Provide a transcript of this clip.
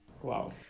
wow